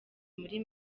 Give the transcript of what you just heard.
muri